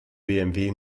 bmw